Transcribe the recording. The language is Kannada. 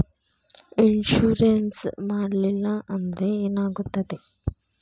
ಇನ್ಶೂರೆನ್ಸ್ ಮಾಡಲಿಲ್ಲ ಅಂದ್ರೆ ಏನಾಗುತ್ತದೆ?